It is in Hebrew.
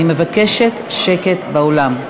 אני מבקשת שקט באולם.